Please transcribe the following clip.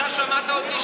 אתה שמעת אותי?